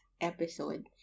episode